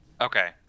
Okay